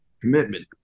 Commitment